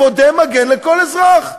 אפודי מגן לכל אזרח.